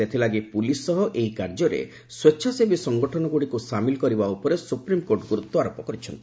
ସେଥିଲାଗି ପୁଲିସ ସହ ଏହି କାର୍ଯ୍ୟରେ ସ୍ୱଚ୍ଛାସେବୀ ସଂଗଠନଗୁଡ଼ିକୁ ସାମିଲ କରିବା ଉପରେ ସୁପ୍ରିମ୍କୋର୍ଟ ଗୁରୁତ୍ୱାରୋପ କରିଛନ୍ତି